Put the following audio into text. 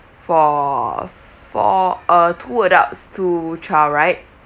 for for a two adults two child right